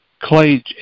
clay